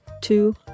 two